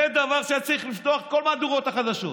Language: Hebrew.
זה דבר שהיה צריך לפתוח את כל מהדורות החדשות,